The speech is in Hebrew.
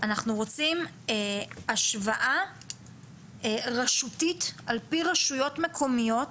אנחנו רוצים השוואה רשותית על-פי רשויות מקומיות